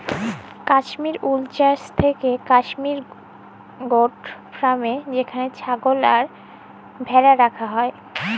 কাশ্মির উল চাস হৌক থাকেক কাশ্মির গোট ফার্মে যেখানে ছাগল আর ভ্যাড়া রাখা হয়